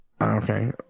Okay